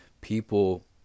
people